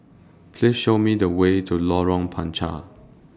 Please Show Me The Way to Lorong Panchar